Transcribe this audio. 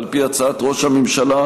ועל פי הצעת ראש הממשלה,